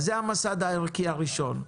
זה המסד הערכי הראשון.